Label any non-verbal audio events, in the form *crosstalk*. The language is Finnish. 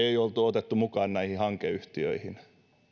*unintelligible* ei oltu otettu mukaan näihin hankeyhtiöihin